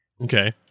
okay